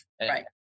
Right